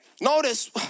Notice